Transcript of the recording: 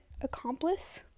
accomplice